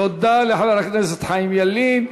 תודה לחבר הכנסת חיים ילין.